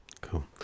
cool